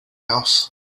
house